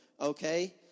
Okay